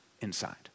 inside